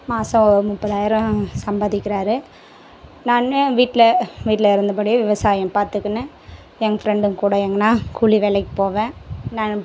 மாதம் முப்பதாயிரம் சம்பாதிக்கிறார் நான் வீட்டில் வீட்டில் இருந்தபடியே விவசாயம் பார்த்துக்கின்னு எங்கள் ஃப்ரெண்டுங்கக்கூட எங்கேனா கூலி வேலைக்கு போவேன் நான்